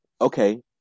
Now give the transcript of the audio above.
okay